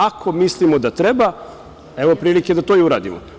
Ako mislimo da treba, evo prilike da to i uradimo.